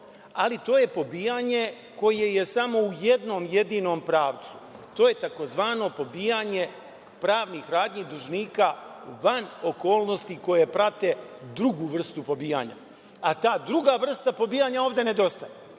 ali to je pobijanje koje je samo u jednom jedinom pravcu, to je tzv. pobijanje pravnih radnji dužnika van okolnosti koje prate drugu vrstu pobijanja, a ta druga vrsta pobijanja ovde nedostaje.Zašto